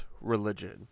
religion